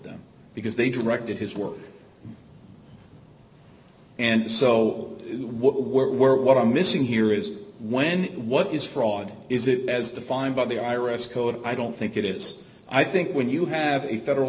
them because they directed his work and so what were what i'm missing here is when what is fraud is it as defined by the i r s code i don't think it is i think when you have a federal